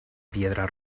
piedra